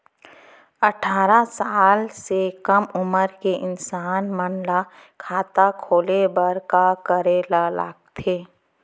अट्ठारह साल से कम उमर के इंसान मन ला खाता खोले बर का करे ला लगथे?